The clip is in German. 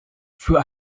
für